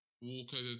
walkover